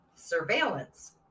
surveillance